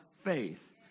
faith